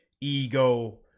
ego